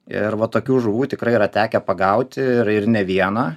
ir va tokių žuvų tikrai yra tekę pagauti ir ne vieną